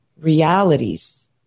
realities